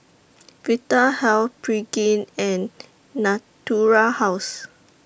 Vitahealth Pregain and Natura House